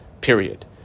Period